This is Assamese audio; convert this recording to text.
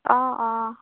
অঁ অঁ